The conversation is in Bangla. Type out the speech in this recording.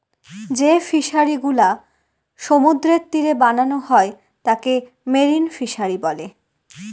যে ফিশারিগুলা সমুদ্রের তীরে বানানো হয় তাকে মেরিন ফিশারী বলে